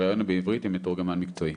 הריאיון הוא בעברית עם מתורגמן מקצועי.